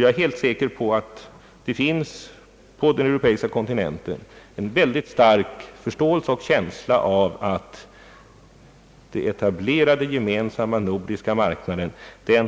Jag är helt säker på att det på den europeiska kontinenten finns en stark förståelse för och känsla av att den etablerade gemensamma nordiska marknaden